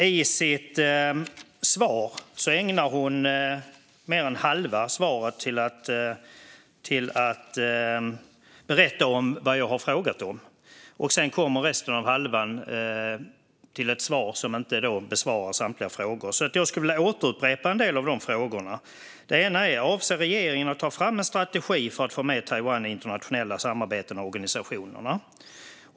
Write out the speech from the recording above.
I sitt svar ägnar hon mer än halva tiden åt att berätta vad jag har frågat om, och under andra halvan kom ett svar som inte besvarar samtliga frågor. Jag skulle därför vilja upprepa en del av frågorna. Den ena är: Avser regeringen att ta fram en strategi för att få med Taiwan i internationella samarbeten och organisationer?